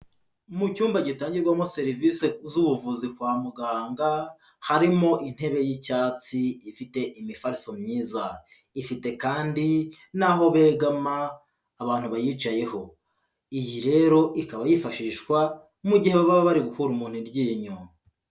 Mu cyumba gitangirwamo serivisi z'ubuvuzi kwa muganga, harimo intebe y'icyatsi ifite imifariso myiza, ifite kandi n'aho begama abantu bayicayeho, iyi rero ikaba yifashishwa mu gihe baba bari gukura umuntu iryinyo.